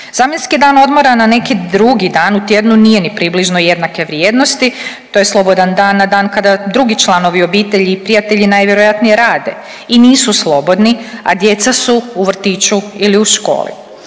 Zamjenski dan odmora na neki drugi dan u tjednu nije ni približno jednake vrijednosti, to je slobodan dan na dan kada drugi članovi obitelji i prijatelji najvjerojatnije rade i nisu slobodni, a djeca su u vrtiću ili u školi.